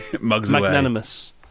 magnanimous